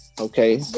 okay